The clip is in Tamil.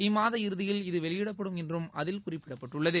இம்மாத இறுதியில் இது வெளியிடப்படும் என்றும் அதில் குறிப்பிடப்பட்டுள்ளது